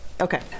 Okay